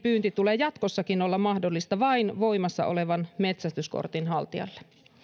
pyynnin tulee jatkossakin olla mahdollista vain voimassa olevan metsästyskortin haltijalle